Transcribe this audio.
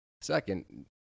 Second